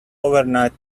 overnight